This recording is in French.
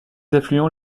affluents